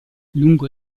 lungo